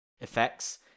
effects